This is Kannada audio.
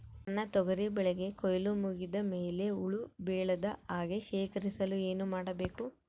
ನನ್ನ ತೊಗರಿ ಬೆಳೆಗೆ ಕೊಯ್ಲು ಮುಗಿದ ಮೇಲೆ ಹುಳು ಬೇಳದ ಹಾಗೆ ಶೇಖರಿಸಲು ಏನು ಮಾಡಬೇಕು?